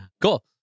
cool